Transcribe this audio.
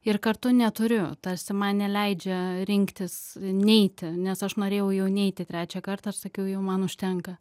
ir kartu neturiu tarsi man neleidžia rinktis neiti nes aš norėjau jau neiti trečią kartą aš sakiau jau man užtenka